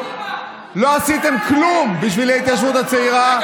לא עשיתם כלום בשביל ההתיישבות הצעירה.